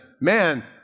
man